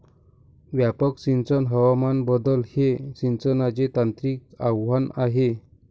व्यापक सिंचन हवामान बदल हे सिंचनाचे तांत्रिक आव्हान आहे